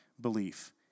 belief